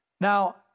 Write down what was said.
Now